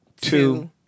two